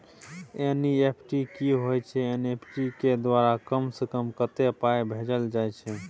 NEFT की होय छै एन.ई.एफ.टी के द्वारा कम से कम कत्ते पाई भेजल जाय छै?